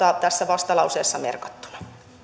tässä vastalauseessa merkattuna arvoisa puhemies